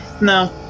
no